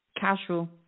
casual